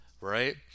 right